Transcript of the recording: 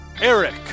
eric